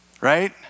right